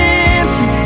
empty